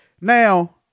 Now